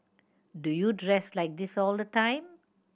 do you dress like this all the time